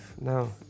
No